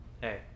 hey